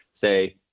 say